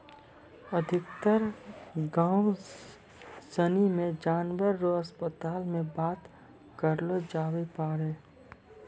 अधिकतर गाम सनी मे जानवर रो अस्पताल मे बात करलो जावै पारै